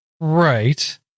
Right